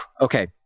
Okay